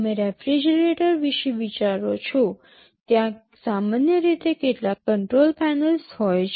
તમે રેફ્રિજરેટર વિશે વિચારો છો ત્યાં સામાન્ય રીતે કેટલાક કંટ્રોલ પેનલ્સ હોય છે